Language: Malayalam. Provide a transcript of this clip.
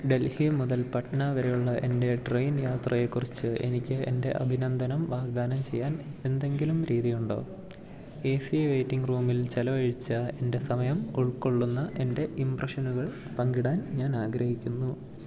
ഡൽഹി മുതൽ പട്ന വരെയുള്ള എൻ്റെ ട്രെയിൻ യാത്രയെക്കുറിച്ച് എനിക്ക് എൻ്റെ അഭിനന്ദനം വാഗ്ദാനം ചെയ്യാൻ എന്തെങ്കിലും രീതിയുണ്ടോ എ സി വെയ്റ്റിംഗ് റൂമിൽ ചെലവഴിച്ച എൻ്റെ സമയം ഉൾക്കൊള്ളുന്ന എൻ്റെ ഇംപ്രഷനുകൾ പങ്കിടാൻ ഞാനാഗ്രഹിക്കുന്നു